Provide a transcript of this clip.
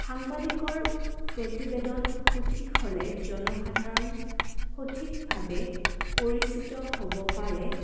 সাংবাদিকৰ প্ৰতিবেদন সঠিক হ'লে জনসাধাৰণ সঠিকভাৱে পৰিচিত হ'ব পাৰে